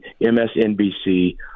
MSNBC